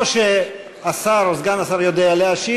או שהשר או סגן השר יודע להשיב,